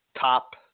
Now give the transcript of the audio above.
top